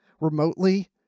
remotely